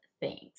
thanks